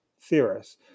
theorists